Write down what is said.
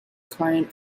client